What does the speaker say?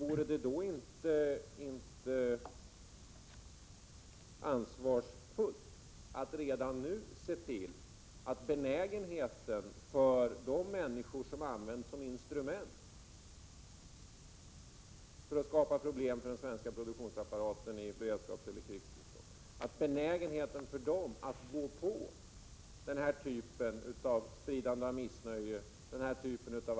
Vore det då inte ansvarsfullt att redan nu se till att benägenheten minskar hos de människor som används som instrument för att skapa problem för den svenska produktionsapparaten i ett beredskapseller krigstillstånd? Man borde försöka minska benägenheten för dessa människor att ge sig in på att sprida missnöje och argumentera.